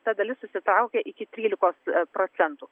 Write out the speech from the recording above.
ta dalis susitraukė iki trylikos procentų